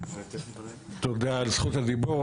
תודה על זכות הדיבור.